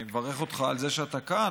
אני מברך אותך על זה שאתה כאן,